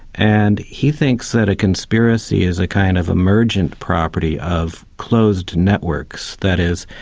and he thinks that a conspiracy is a kind of emergent property of closed networks, that is,